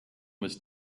was